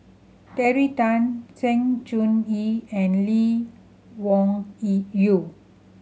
Terry Tan Sng Choon Yee and Lee Wung Yee Yew